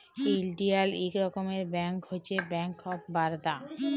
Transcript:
ইলডিয়াল ইক রকমের ব্যাংক হছে ব্যাংক অফ বারদা